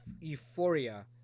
Euphoria